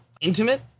intimate